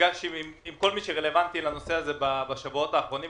נפגש עם כל מי שרלוונטי לנושא הזה בשבועות האחרונים.